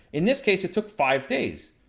in this case, it took five days.